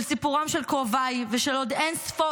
של סיפורם של קרוביי ושל עוד אין ספור